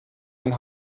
ein